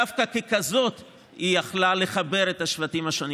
דווקא ככזאת היא יכלה לחבר את השבטים השונים,